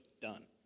done